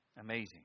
Amazing